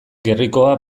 gerrikoa